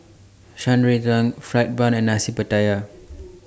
Shan Rui Tang Fried Bun and Nasi Pattaya